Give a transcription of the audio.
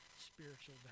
spiritual